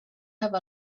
have